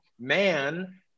man